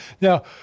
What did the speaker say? Now